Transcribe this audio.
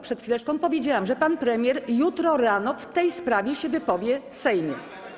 Przed chwileczką powiedziałam, że pan premier jutro rano w tej sprawie się wypowie w Sejmie.